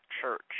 church